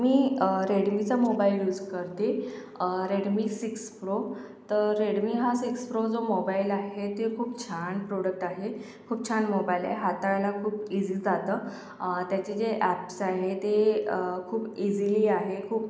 मी रेडमीचा mobile use करते Redmi six pro तर रेडमी हा सिक्स प्रो जो मोबाईल आहे ते खूप छान प्रोडक्ट आहे खूप छान मोबाईल आहे हाताळायला खूप ईझी जातं त्याचे जे ॲप्स आहे ते खूप इझिली आहे खूप